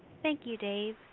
thank you dave.